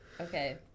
Okay